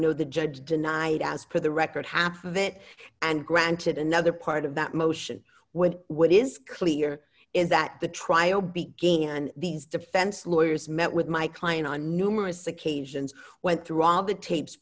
know the judge denied as for the record half of it and granted another part of that motion when what is clear is that the trial began and these defense lawyers met with my client on numerous occasions went through all the tapes